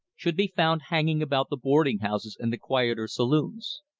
should be found hanging about the boarding-houses and the quieter saloons.